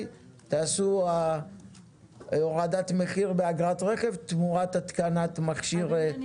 תעשו הורדת מחיר באגרת רכב תמורת התקנת מכשיר --- אדוני,